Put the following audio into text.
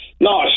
no